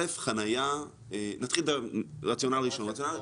נתחיל ברציונל ראשון.